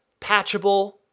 patchable